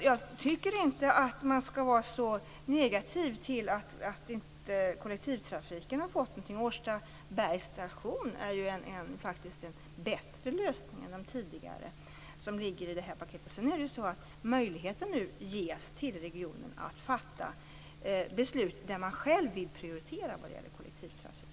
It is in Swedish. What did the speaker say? Jag tycker inte att man skall vara så negativ och säga att kollektivtrafiken inte har fått någonting. Årstabergs station är ju faktiskt en bättre lösning än den tidigare som ingick i paketet. Nu ges det möjlighet till regionen att fatta beslut om vad man själv vill prioritera när det gäller kollektivtrafiken.